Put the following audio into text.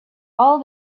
all